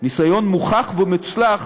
ניסיון מוכח ומוצלח